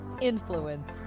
influence